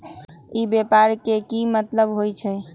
ई व्यापार के की मतलब होई छई?